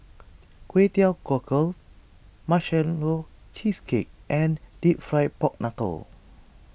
Kway Teow Cockles Marshmallow Cheesecake and Deep Fried Pork Knuckle